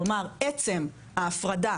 כלומר עצם ההפרדה,